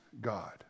God